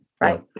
right